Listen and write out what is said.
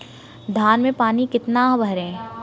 धान में पानी कितना भरें?